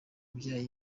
yabyaye